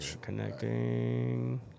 Connecting